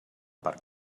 per